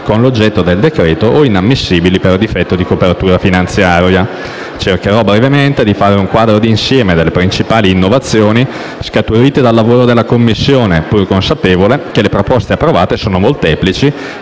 con l'oggetto del decreto o inammissibili per difetto di copertura finanziaria. Cercherò, brevemente, di fare un quadro di insieme delle principali innovazioni scaturite dal lavoro della Commissione, pur consapevole che le proposte approvate sono molteplici